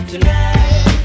Tonight